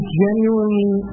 genuinely